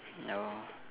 oh